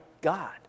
God